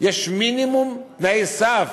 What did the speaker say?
מינימום תנאי סף.